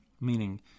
meaning